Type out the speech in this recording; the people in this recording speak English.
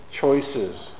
choices